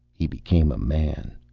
he became a man.